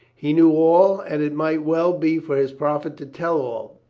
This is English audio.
he knew all, and it might well be for his profit to tell all.